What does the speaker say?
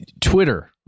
Twitter